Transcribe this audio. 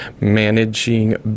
Managing